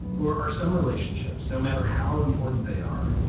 who are are some relationships, no matter how important they are,